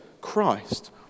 Christ